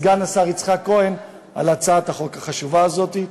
סגן השר יצחק כהן על הצעת החוק החשובה הזאת.